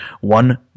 one